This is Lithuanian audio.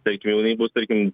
tarkim jau jinai bus tarkim